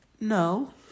No